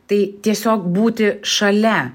tai tiesiog būti šalia